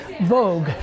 Vogue